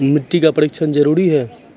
मिट्टी का परिक्षण जरुरी है?